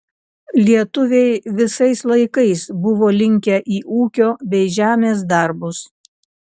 lietuviai visais laikais buvo linkę į ūkio bei žemės darbus